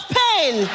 pain